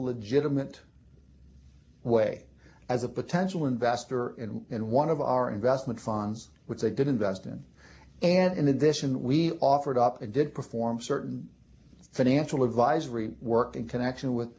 legitimate way as a potential investor in one of our investment funds which they did invest in and in addition we offered up and did perform certain financial advisory work in connection with